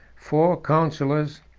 four counsellors,